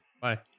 bye